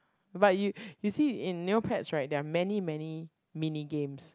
but you you see in Neopets right there are many many mini games